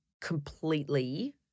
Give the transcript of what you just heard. completely